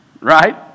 Right